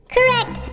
Correct